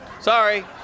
Sorry